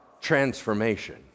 transformation